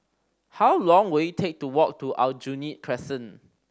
how long will it take to walk to Aljunied Crescent